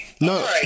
No